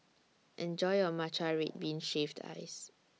Enjoy your Matcha Red Bean Shaved Ice